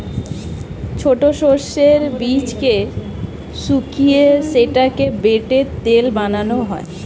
ছোট সর্ষের বীজকে শুকিয়ে সেটাকে বেটে তেল বানানো হয়